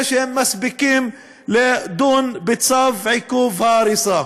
שהם מספיקים לדון בעיכוב צו ההריסה.